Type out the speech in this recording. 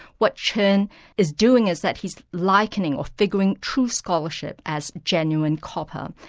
what chen is doing is that he's likening or figuring true scholarship as genuine copper,